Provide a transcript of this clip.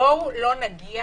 בואו לא נגיע